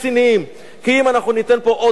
כי אם אנחנו ניתן פה עוד 1,000 מקומות,